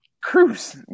Cruz